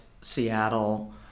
Seattle